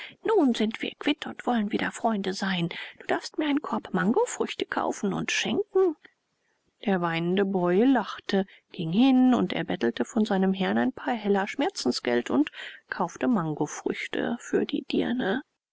nun sind wir quitt und wollen wieder freunde sein du darfst mir einen korb mangofrüchte kaufen und schenken der weinende boy lachte ging hin und erbettelte von seinem herrn ein paar heller schmerzensgeld und kaufte mangofrüchte für die dirne